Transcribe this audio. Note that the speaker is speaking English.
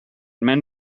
men